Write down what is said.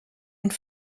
und